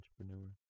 entrepreneur